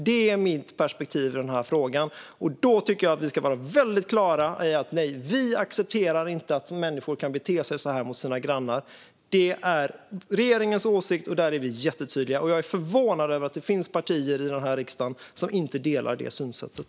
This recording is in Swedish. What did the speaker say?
Det är mitt perspektiv i den här frågan. Jag tycker att ni ska vara väldigt tydliga med att ni inte accepterar att människor kan bete sig så här mot sina grannar. Det är regeringens åsikt. Där är vi jättetydliga, och jag är förvånad över att det finns partier i den här riksdagen som inte delar det synsättet.